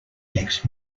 next